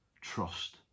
trust